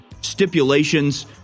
stipulations